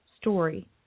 story